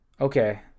Okay